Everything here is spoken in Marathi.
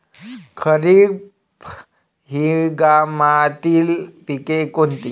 खरीप हंगामातले पिकं कोनते?